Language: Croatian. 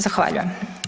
Zahvaljujem.